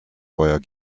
feuer